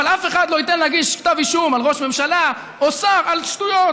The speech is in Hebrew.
אבל אף אחד לא ייתן להגיש כתב אישום נגד ראש ממשלה או שר על שטויות.